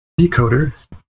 Decoder